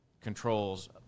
controls